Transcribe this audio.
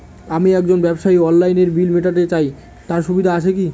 আমি একজন ব্যবসায়ী অনলাইনে বিল মিটাতে চাই তার সুবিধা আছে কি?